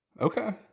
Okay